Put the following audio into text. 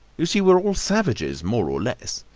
you see, we're all savages, more or less.